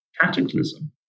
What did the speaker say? cataclysm